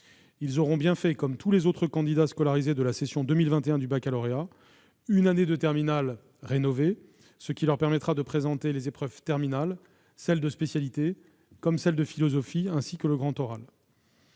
Ils auront bien fait, comme tous les autres candidats scolarisés de la session 2021 du baccalauréat, une année de terminale « rénovée », ce qui leur permettra de présenter les épreuves terminales, celles de spécialité, comme celle de philosophie, ainsi que le grand oral.